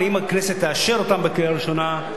אם הכנסת תאשר אותם בקריאה ראשונה,